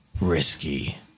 risky